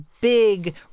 big